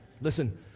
Listen